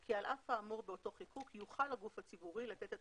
כי על אף האמור באותו חיקוק יוכל הגוף הציבורי לתת את